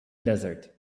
desert